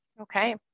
Okay